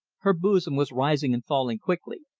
her bosom was rising and falling quickly,